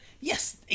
yes